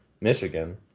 Michigan